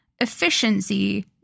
efficiency